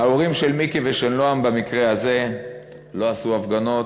ההורים של מיקי ושל נועם במקרה הזה לא עשו הפגנות,